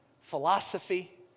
philosophy